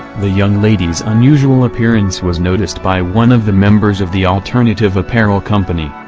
the young lady's unusual appearance was noticed by one of the members of the alternative apparel company,